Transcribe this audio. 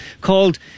called